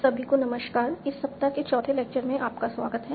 सभी को नमस्कार इस सप्ताह के 4 थे लेक्चर में आपका स्वागत है